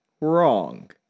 Wrong